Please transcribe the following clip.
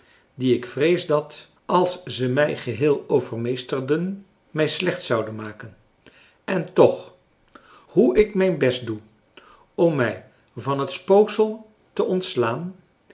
die ik vrees dat als ze mij geheel overmeesterfrançois haverschmidt familie en kennissen den mij slecht zouden maken en toch hoe ik mijn best doe om mij van het spooksel te ontslaan